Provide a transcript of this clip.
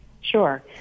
Sure